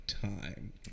Time